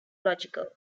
logical